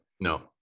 No